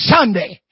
Sunday